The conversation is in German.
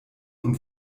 und